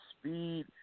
speed